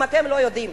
אם אתם לא יודעים.